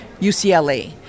UCLA